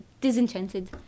disenchanted